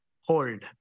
hold